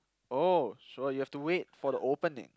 oh so you have to wait for the opening